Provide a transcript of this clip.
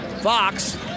Fox